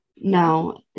No